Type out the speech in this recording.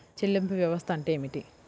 చెల్లింపు వ్యవస్థ అంటే ఏమిటి?